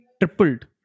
tripled